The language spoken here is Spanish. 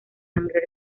sangre